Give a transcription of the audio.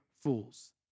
fools